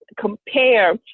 compare